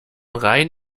rhein